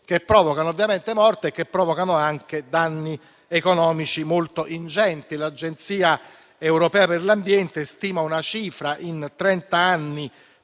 che provocano ovviamente morte e danni economici molto ingenti. L'Agenzia europea per l'ambiente stima una cifra in trent'anni